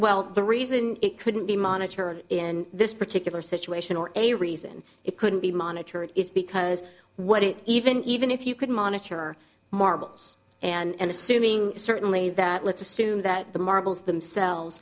well the reason it couldn't be monitored in this particular situation or a reason it couldn't be monitored is because what it even even if you could monitor or marbles and assuming certainly that let's assume that the marbles themselves